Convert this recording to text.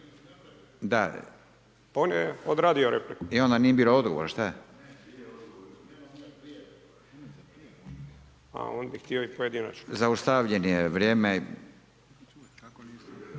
On je odradio repliku./… i onda nije bilo odgovora, šta? …/Upadica: A on bi htio i pojedinačno./… Zaustavljeno je vrijeme, izvolite